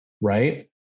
right